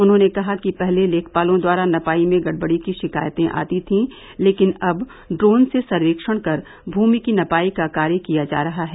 उन्होंने कहा कि पहले लेखपालों द्वारा नपाई में गड़बड़ी की शिकायतें आती थीं लेकिन अब ड्रोन से सर्वेक्षण कर भूमि की नपाई का कार्य किया जा रहा है